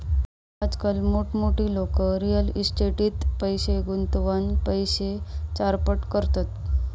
आजकाल मोठमोठी लोका रियल इस्टेटीट पैशे गुंतवान पैशे चारपट करतत